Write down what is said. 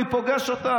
אני פוגש אותם.